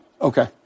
Okay